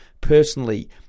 personally